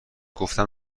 گفتم